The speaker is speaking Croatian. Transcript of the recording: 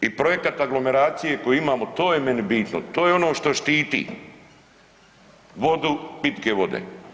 I projekat aglomeracije koji imamo, to je meni bitno, to je ono što štiti, vodu, pitke vode.